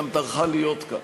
טרחה להיות כאן,